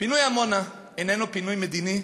פינוי עמונה איננו פינוי מדיני,